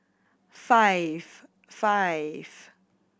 five five